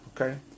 Okay